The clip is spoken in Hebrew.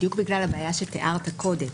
בדיוק בגלל הבעיה שתיארת קודם,